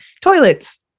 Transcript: toilets